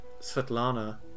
svetlana